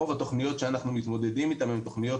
רוב התוכניות שאנחנו מתמודדים איתם הן תוכניות